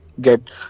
get